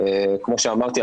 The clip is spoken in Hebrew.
כמו שאמרתי,